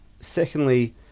secondly